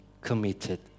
committed